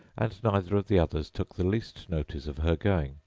and neither of the others took the least notice of her going,